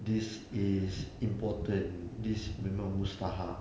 this is important this memang mustahak